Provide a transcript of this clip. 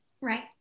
Right